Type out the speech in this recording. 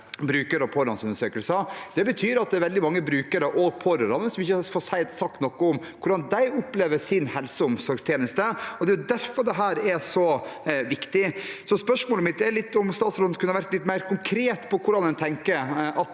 bruker- og pårørendeundersøkelser. Det betyr at det er veldig mange brukere og pårørende som ikke får sagt noe om hvordan de opplever sin helse- og omsorgstjeneste. Det er derfor dette er så viktig. Spørsmålet mitt er om statsråden kunne vært litt mer konkret på hvordan en tenker